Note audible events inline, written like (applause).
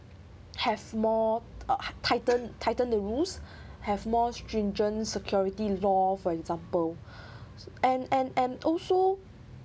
have more uh tighten tighten the rules (breath) have more stringent security law for example (breath) and and and also